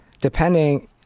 depending